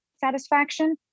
satisfaction